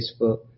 Facebook